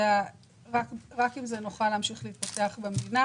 רק עם זה נוכל להתפתח במדינה.